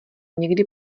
někdy